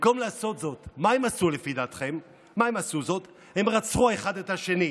הכנסת יוראי להב הרצנו, קריאה ראשונה.